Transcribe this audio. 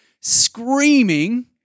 screaming